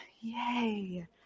yay